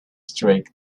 streak